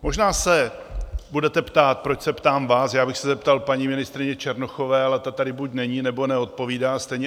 Možná se budete ptát, proč se ptám vás já bych se zeptal paní ministryně Černochové, ale ta tady buď není, nebo neodpovídá stejně.